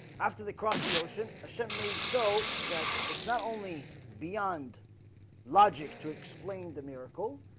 after they cross the ocean a ship made so that it's not only beyond logic to explain the miracle,